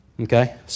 Okay